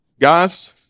guys